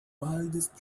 wildest